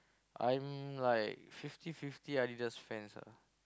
I'm like fifty fifty Adidas fans ah